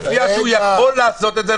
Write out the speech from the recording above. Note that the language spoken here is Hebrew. מופיע שהוא יכול לעשות את זה,